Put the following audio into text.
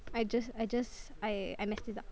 I just I just I I messed it up